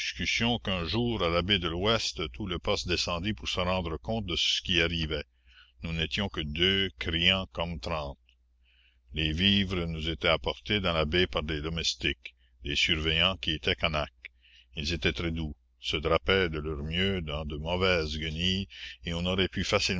qu'un jour à la baie de l'ouest tout le poste descendit pour se rendre compte de ce qui arrivait nous n'étions que deux criant comme trente les vivres nous étaient apportés dans la baie par les domestiques des surveillants qui étaient canaques ils étaient très doux se drapaient de leur mieux dans de mauvaises guenilles et on aurait pu